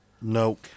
No